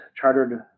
chartered